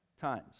times